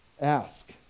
Ask